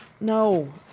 No